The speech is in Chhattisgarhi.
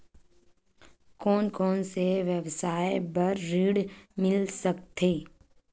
कोन कोन से व्यवसाय बर ऋण मिल सकथे?